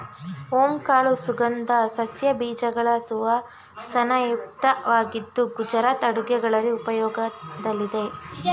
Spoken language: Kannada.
ಓಂ ಕಾಳು ಸುಗಂಧ ಸಸ್ಯ ಬೀಜಗಳು ಸುವಾಸನಾಯುಕ್ತವಾಗಿದ್ದು ಗುಜರಾತ್ ಅಡುಗೆಗಳಲ್ಲಿ ಉಪಯೋಗದಲ್ಲಿದೆ